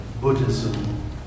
Buddhism